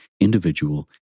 individual